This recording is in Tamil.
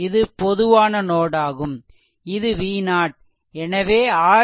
இது பொதுவான நோட் இது V0 எனவே RThevenin V0 i0